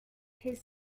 his